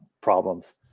problems